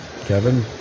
Kevin